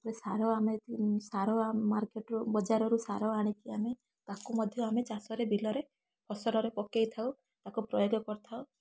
ତାପରେ ସାର ଆମେ ସାର ଆମ ମାର୍କେଟରୁ ବଜାରରୁ ସାର ଆଣିକି ଆମେ ତାକୁ ମଧ୍ୟ ଆମେ ଚାଷରେ ବିଲରେ ଫସଲରେ ପକେଇ ଥାଉ ତାକୁ ପ୍ରୟୋଗ କରିଥାଉ